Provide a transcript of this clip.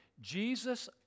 Jesus